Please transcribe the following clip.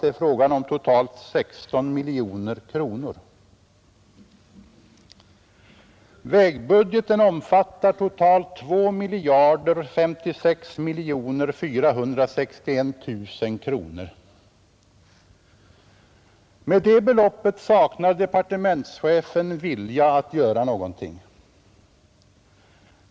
Det är fråga om 16 miljoner kronor. Vägbudgeten omfattar totalt 2 056 461 000 kronor. Med det beloppet saknar alltså departementschefen vilja att göra någonting.